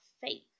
faith